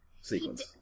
sequence